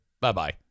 Bye-bye